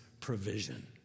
provision